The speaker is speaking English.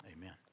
Amen